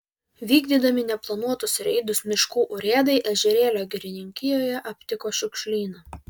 vykdydami neplanuotus reidus miškų urėdai ežerėlio girininkijoje aptiko šiukšlyną